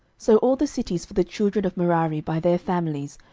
so all the cities for the children of merari by their families,